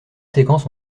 séquences